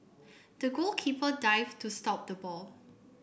the goalkeeper dived to stop the ball